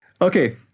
Okay